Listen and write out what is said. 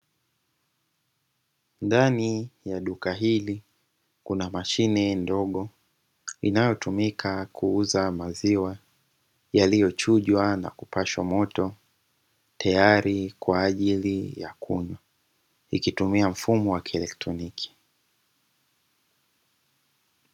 Ndani ya duka hili kuna mashine ndogo inayotumika kuuza maziwa yaliyochujwa na kupashwa moto. Tayari kwa ajili ya kunywa ikitumia mfumo wa kielektroniki.